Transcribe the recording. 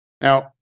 Now